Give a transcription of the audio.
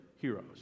heroes